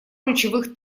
ключевых